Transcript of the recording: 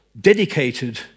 dedicated